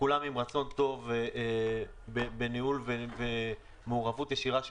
רצון טוב בניהול ובמעורבות ישירה של